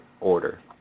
order